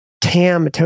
TAM